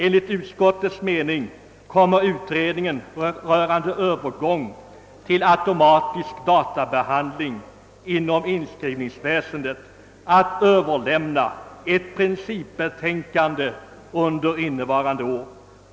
Enligt utskottet kommer utredningen rörande övergång till automatisk databehandling inom inskrivningsväsendet att överlämna ett principbetänkande under innevarande år.